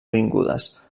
avingudes